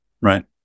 Right